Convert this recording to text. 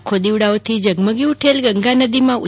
લાખો દીવડાઓથી ઝગમગી ઉઠેલ ગંગા નદીમાં ઉ